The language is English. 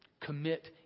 commit